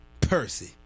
Percy